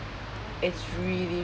it's really